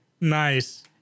Nice